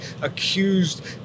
accused